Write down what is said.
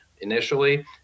initially